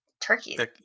Turkey